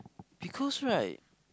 because right